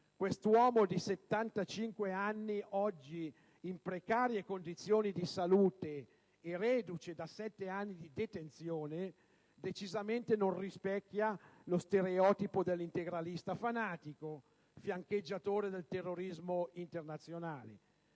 Questo uomo di 75 anni, oggi in precarie condizioni di salute e reduce da sette anni di detenzione, decisamente non rispecchia lo stereotipo dell'integralista fanatico, fiancheggiatore del terrorismo internazionale.